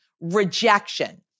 rejection